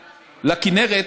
לכינרת,